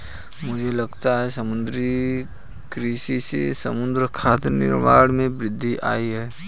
मुझे लगता है समुद्री कृषि से समुद्री खाद्य निर्यात में वृद्धि आयी है